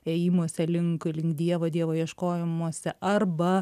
ėjimuose link link dievo dievo ieškojimuose arba